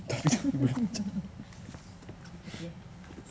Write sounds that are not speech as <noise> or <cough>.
<laughs> okay